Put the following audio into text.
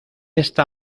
esta